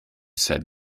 said